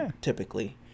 typically